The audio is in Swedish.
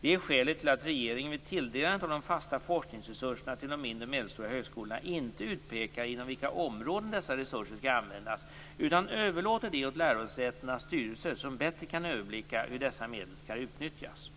Det är skälet till att regeringen vid tilldelandet av de fasta forskningsresurserna till de mindre och medelstora högskolorna inte utpekar inom vilka områden dessa resurser skall användas utan överlåter det åt lärosätenas styrelser som bättre kan överblicka hur dessa medel kan utnyttjas.